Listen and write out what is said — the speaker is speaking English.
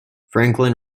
franklin